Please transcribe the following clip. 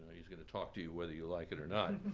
he's going to talk to you whether you like it or not.